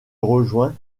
rejoint